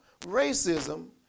racism